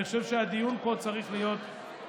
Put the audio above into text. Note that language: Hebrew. אני חושב שהדיון פה צריך להיות פרלמנטרי,